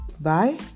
Bye